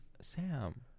Sam